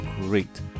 great